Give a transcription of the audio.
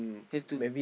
have to